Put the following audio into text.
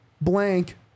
blank